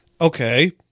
Okay